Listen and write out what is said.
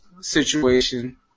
situation